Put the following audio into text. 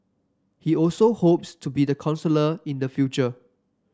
he also hopes to be the counsellor in the future